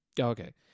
Okay